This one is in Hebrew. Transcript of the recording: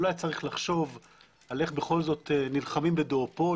אולי צריך לחשוב איך בכל זאת נלחמים בדואופול.